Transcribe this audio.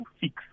fix